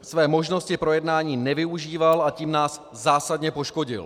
Své možnosti projednání nevyužíval a tím nás zásadně poškodil.